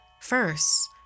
First